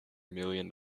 million